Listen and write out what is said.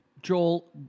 Joel